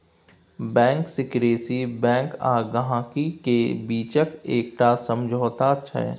bank secrecy bank आ गांहिकी केर बीचक एकटा समझौता छै